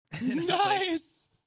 nice